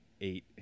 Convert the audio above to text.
eight